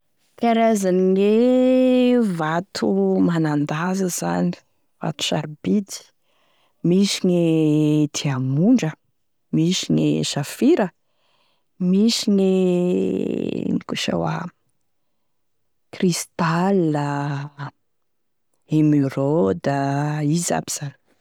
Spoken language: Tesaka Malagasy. Karazany gne vato manan-danza zany, vato sarobidy, misy gne diamondra, misy gne safira, misy gne ino koa sa hoa, cristal, émeraude, izy aby zany.